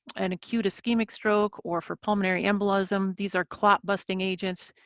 an acute ischemic stroke or for pulmonary embolism. these are clot-busting agents.